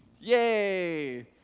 Yay